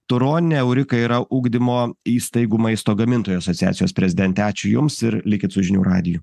turoniene eurika yra ugdymo įstaigų maisto gamintojų asociacijos prezidentė ačiū jums ir likit su žinių radiju